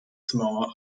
samoa